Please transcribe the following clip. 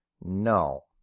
No